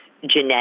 genetic